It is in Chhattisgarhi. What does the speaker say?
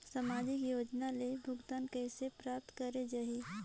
समाजिक योजना ले भुगतान कइसे प्राप्त करे जाहि?